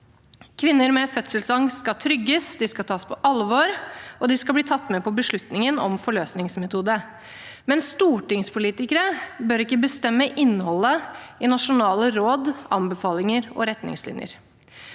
Kvinner med fødselsangst skal trygges, de skal tas på alvor, og de skal bli tatt med på beslutningen om forløsningsmetode, men stortingspolitikere bør ikke bestemme innholdet i nasjonale råd, anbefalinger og retningslinjer.